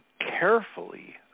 carefully